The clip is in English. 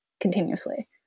continuously